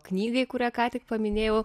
knygai kurią ką tik paminėjau